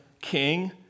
king